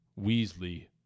weasley